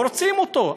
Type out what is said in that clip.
לא רוצים אותו.